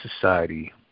society